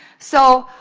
so,